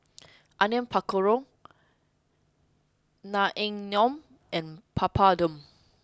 Onion Pakora Naengmyeon and Papadum